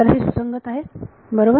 तर हे सुसंगत आहे बरोबर